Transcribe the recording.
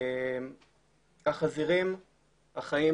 החזירים החיים,